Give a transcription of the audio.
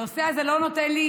הנושא הזה לא נותן לי